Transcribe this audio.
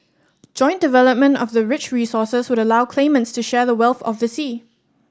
joint development of the rich resources would allow claimants to share the wealth of the sea